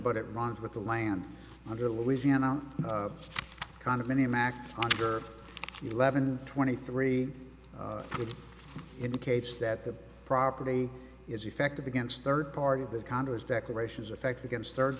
but it runs with the land under louisiana condominium act under eleven twenty three it indicates that the property is effective against third part of the condos declarations effect against third